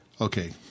Okay